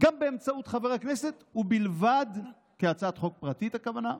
גם באמצעות חברי הכנסת, כהצעת חוק פרטית, הכוונה,